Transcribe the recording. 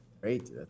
Great